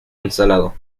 instalado